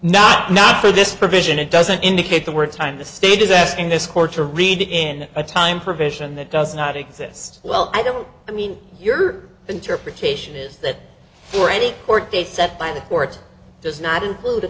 not now for this provision it doesn't indicate the work time the state is asking this court to read in a time provision that does not exist well i don't i mean your interpretation is that for any court date set by the court does not include a